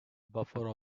buffer